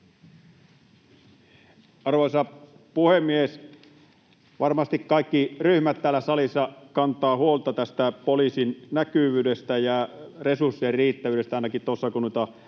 Arvoisa puhemies! Varmasti kaikki ryhmät täällä salissa kantavat huolta poliisin näkyvyydestä ja resurssien riittävyydestä. Ainakin tuossa, kun noita